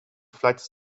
flights